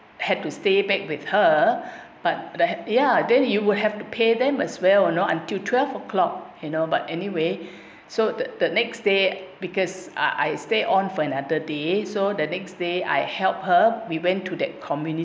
had to stay back with her but ya then you will have to pay them as well you know until twelve O'clock you know but anyway so that the next day because I stay on for another day so the next day I help her we went to the community